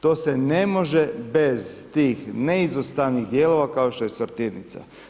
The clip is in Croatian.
To se ne može bez tih neizostavnih dijelova kao što je sortirnica.